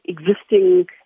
existing